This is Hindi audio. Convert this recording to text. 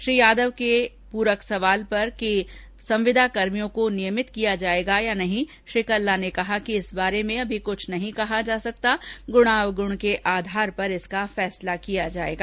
श्री यादव के इस पूरक सवाल पर कि संविदाकर्मियों को नियमित किया जायेगा अथवा नहीं श्री कल्ला ने कहा कि इस बारे में अभी कुछ नहीं कहा जा सकता गुणावगुण के आधार पर इसका फैसला किया जायेगा